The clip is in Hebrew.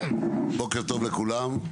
בוקר טוב לכולם.